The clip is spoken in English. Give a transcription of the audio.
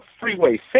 freeway